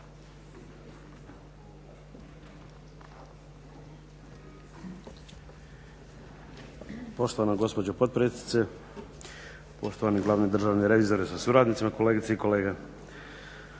Poštovana gospođo potpredsjednice, poštovani glavni državni revizore sa suradnicima, kolegice i kolege.